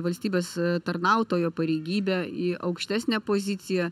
valstybės tarnautojo pareigybę į aukštesnę poziciją